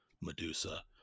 medusa